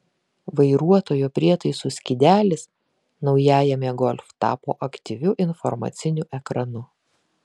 vairuotojo prietaisų skydelis naujajame golf tapo aktyviu informaciniu ekranu